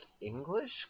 english